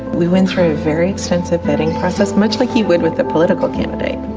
we went through a very extensive vetting process, much like you would with a political candidate.